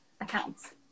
accounts